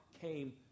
came